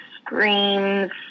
screams